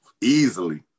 Easily